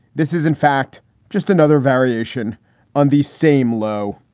this is in fact just another variation on these same low.